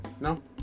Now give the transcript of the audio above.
No